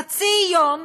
חצי יום